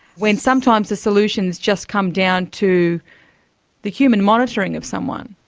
when sometimes the solutions just come down to the human monitoring of someone?